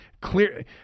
clear